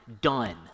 Done